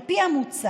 על פי המוצע,